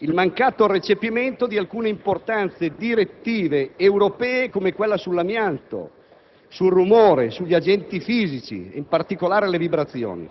il mancato recepimento di alcune importanti direttive europee, come quella sull'amianto, sul rumore, sugli agenti fisici, in particolare le vibrazioni.